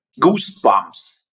goosebumps